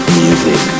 music